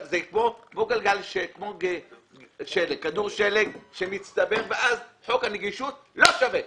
זה כמו כדור שלג, ואז חוק הנגישות לא שווה.